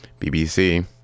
BBC